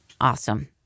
Awesome